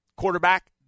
quarterback